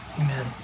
Amen